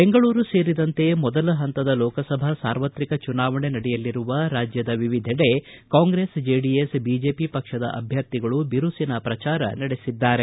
ಬೆಂಗಳೂರು ಸೇರಿದಂತೆ ಮೊದಲ ಪಂತದ ಲೋಕಸಭಾ ಸಾರ್ವತ್ರಿಕ ಚುನಾವಣೆ ನಡೆಯಲಿರುವ ರಾಜ್ಯದ ವಿವಿಧೆಡೆ ಕಾಂಗ್ರೆಸ್ ಜೆಡಿಎಸ್ ಬಿಜೆಪಿ ಪಕ್ಷದ ಅಭ್ಯರ್ಥಿಗಳು ಬಿರುಸಿನ ಪ್ರಚಾರ ನಡೆಸಿದ್ದಾರೆ